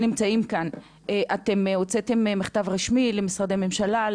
שנמצאים כאן, אתם הוצאתם מכתב רשמי למשרדי ממשלה?